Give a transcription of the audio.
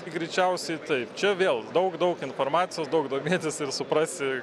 greičiausiai taip čia vėl daug daug informacijos daug domėtis ir suprasi